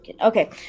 Okay